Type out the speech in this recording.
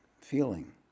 feeling